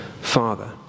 Father